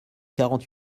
quarante